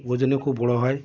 ওজনে খুব বড় হয়